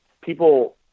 people